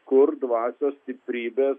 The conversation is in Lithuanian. kur dvasios stiprybė